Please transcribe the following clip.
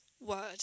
word